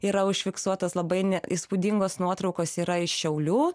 yra užfiksuotas labai įspūdingos nuotraukos yra iš šiaulių